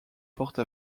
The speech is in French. porte